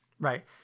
Right